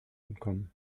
entkommen